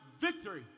victory